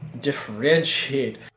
differentiate